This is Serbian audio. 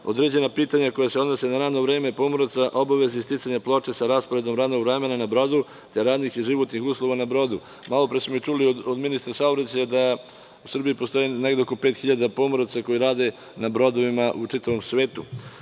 određena pitanja koja se odnose na radno vreme pomoraca, obaveze i sticanja ploče sa rasporedom radnog vremena na brodu, te radnih i životnih uslova na brodu. Malopre smo čuli od ministra saobraćaja da u Srbiji postoji negde oko 5.000 pomoraca koji rade na brodovima u čitavom